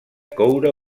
coure